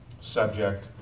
subject